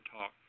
talk